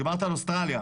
דיברת על אוסטרליה,